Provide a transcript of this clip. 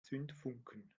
zündfunken